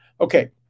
Okay